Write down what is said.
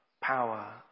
power